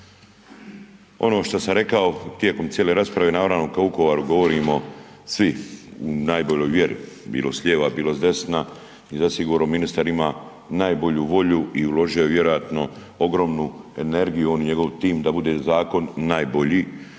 Ono što sam rekao tijekom cijele rasprave naravno kad o Vukovaru govorimo svi, u najboljoj vjeri, bilo s lijeva, bilo s desna i zasigurno ministar ima najbolju volju i uložio je vjerojatno ogromnu energiju on i njegov tim da bude zakon najbolji.